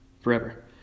Forever